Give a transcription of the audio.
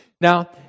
Now